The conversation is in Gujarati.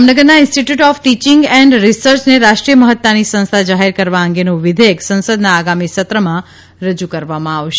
જામનગરના ઇન્સ્ટિટ્યુટ ઓફ ટિચિંગ એન્ડ રિસર્ચને રાષ્ટ્રીય મહત્તાની સંસ્થા જાહેર કરવા અંગેનું વિધેયક સંસદના આગામી સત્રમાં રજૂ કરવામાં આવશે